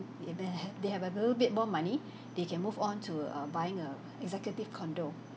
they have a little bit more money they can move on to uh buying a executive condo